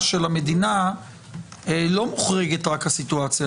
של המדינה לא מוחרגת רק הסיטואציה הזאת.